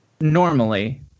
normally